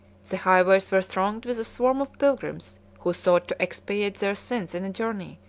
the highways were thronged with a swarm of pilgrims who sought to expiate their sins in a journey,